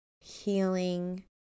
healing